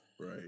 right